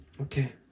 Okay